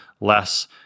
less